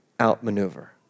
outmaneuver